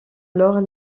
alors